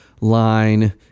line